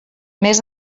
mes